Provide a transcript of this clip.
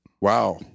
Wow